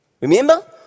remember